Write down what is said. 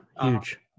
huge